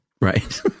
Right